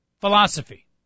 Philosophy